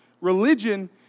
religion